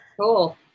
cool